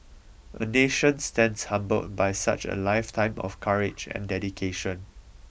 a nation stands humbled by such a lifetime of courage and dedication